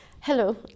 Hello